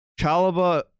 Chalaba